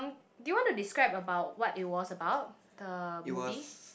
do you want to describe about what it was about the movie